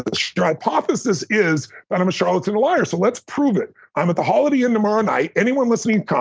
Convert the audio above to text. but so your hypothesis is that i'm a charlatan and a liar, so let's prove it. i'm at the holiday inn tomorrow night. anyone listening, come.